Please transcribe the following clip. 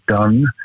done